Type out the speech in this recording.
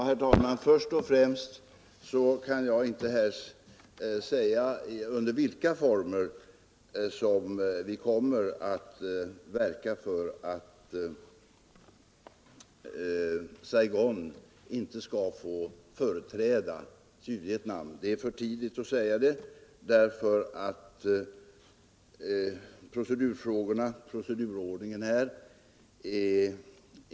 Herr talman! Jag kan inte här säga under vilka former som vi kommer att verka för att Saigon ensamt inte skall få företräda Sydvietnam. Det är för tidigt att säga det, eftersom vi inte i dag helt känner till procedurordningen.